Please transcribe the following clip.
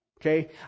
Okay